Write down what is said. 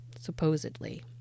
supposedly